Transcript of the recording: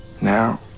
Now